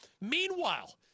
Meanwhile